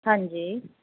ਹਾਂਜੀ